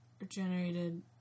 regenerated